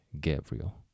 Gabriel